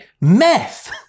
Meth